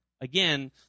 Again